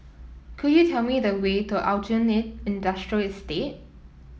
could you tell me the way to Aljunied Industrial Estate